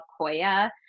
Koya